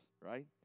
right